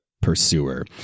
Pursuer